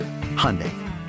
Hyundai